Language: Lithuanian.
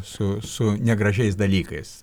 su su negražiais dalykais